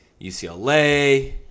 UCLA